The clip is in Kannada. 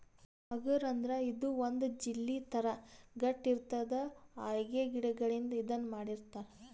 ಅಗರ್ ಅಂದ್ರ ಇದು ಒಂದ್ ಜೆಲ್ಲಿ ಥರಾ ಗಟ್ಟ್ ಇರ್ತದ್ ಅಲ್ಗೆ ಗಿಡಗಳಿಂದ್ ಇದನ್ನ್ ಮಾಡಿರ್ತರ್